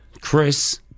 Chris